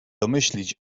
domyślić